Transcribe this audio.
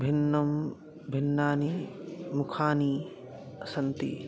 भिन्नं भिन्नं मुखानि सन्ति